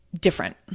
different